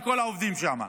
לכל העובדים שם.